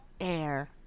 Air